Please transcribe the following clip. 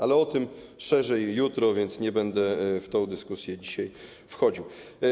Ale o tym szerzej jutro, więc nie będę w tę dyskusję dzisiaj wchodził.